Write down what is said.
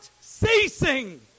ceasing